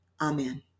Amen